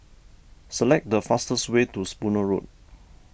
select the fastest way to Spooner Road